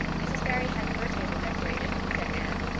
mrs. barry had her table decorated, said anne,